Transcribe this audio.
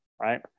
right